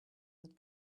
that